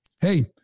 hey